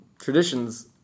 traditions